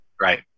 Right